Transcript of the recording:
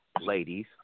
ladies